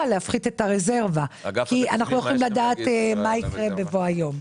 כי אנחנו לא יכולים לדעת מה יקרה בבוא היום.